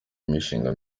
imishinga